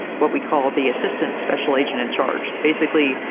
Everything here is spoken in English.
what we call the assistant special agent in charge. basically,